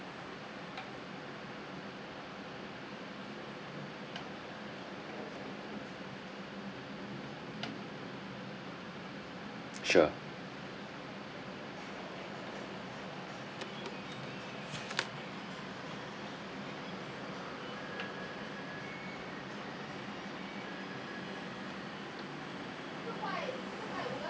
sure